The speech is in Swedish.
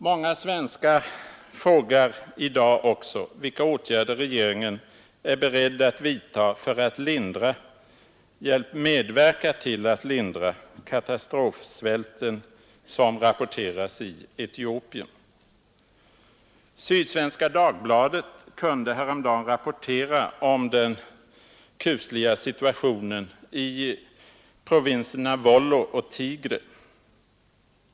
Många svenskar frågar också i dag vilka åtgärder regeringen är beredd att vidta för att medverka till att lindra katastrofsvälten i Etiopien. Sydsvenska Dagbladet kunde häromdagen rapportera om den kusliga situationen i provinserna Wollo och Tigre.